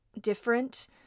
different